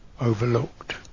overlooked